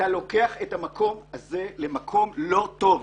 אתה לוקח את זה למקום לא טוב.